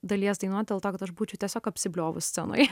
dalies dainuot dėl to kad aš būčiau tiesiog apsibliovus scenoje